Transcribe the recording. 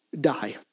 die